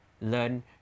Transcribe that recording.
learn